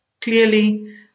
clearly